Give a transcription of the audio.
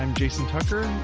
um jason tucker